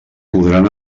podran